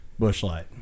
Bushlight